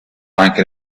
anche